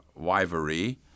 wivery